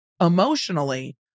emotionally